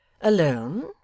alone